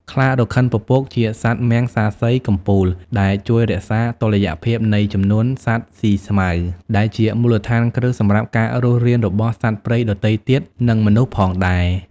ខ្លារខិនពពកជាសត្វមំសាសីកំពូល ដែលជួយរក្សាតុល្យភាពនៃចំនួនសត្វស៊ីស្មៅ ដែលជាមូលដ្ឋានគ្រឹះសម្រាប់ការរស់រានរបស់សត្វព្រៃដទៃទៀត និងមនុស្សផងដែរ។